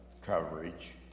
coverage